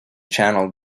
channel